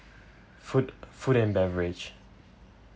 food food and beverage